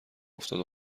افتاد